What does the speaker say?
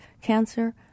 cancer